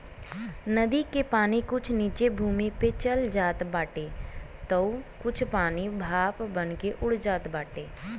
नदी के पानी कुछ नीचे भूमि में चल जात बाटे तअ कुछ पानी भाप बनके उड़ जात बाटे